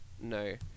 No